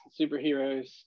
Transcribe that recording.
superheroes